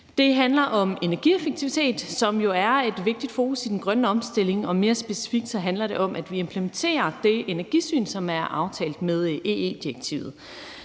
Det handler om energieffektivitet, som jo er et vigtigt fokus i den grønne omstilling, og mere specifikt handler det om, at vi implementerer det energisyn, som er aftalt med ee-direktivet.